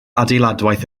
adeiladwaith